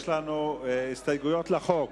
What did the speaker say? יש לנו הסתייגויות לחוק.